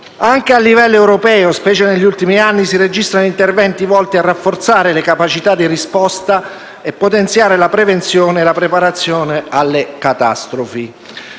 Anche a livello europeo, specie negli ultimi anni, si registrano interventi volti a rafforzare le capacità di risposta e potenziare la prevenzione e la preparazione alle catastrofi.